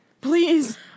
Please